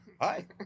Hi